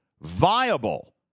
viable